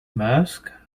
mask